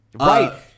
Right